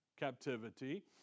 captivity